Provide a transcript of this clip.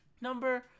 number